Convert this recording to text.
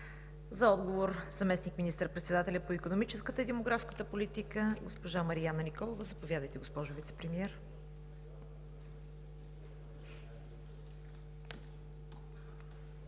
За отговор – заместник министър-председателят по икономическата и демографската политика госпожа Марияна Николова. Заповядайте, госпожо Вицепремиер.